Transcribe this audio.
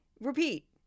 repeat